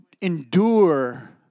endure